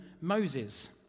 Moses